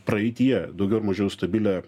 praeityje daugiau ar mažiau stabilią